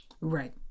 right